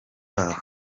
babo